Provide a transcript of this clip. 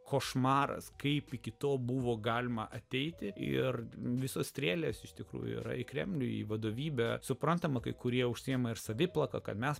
košmaras kaip iki to buvo galima ateiti ir visos strėlės iš tikrųjų yra kremliui į vadovybę suprantama kai kurie užsiima ir saviplaka kad mes